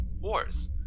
wars